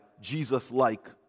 Jesus-like